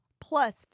plus